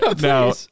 Now